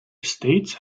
estates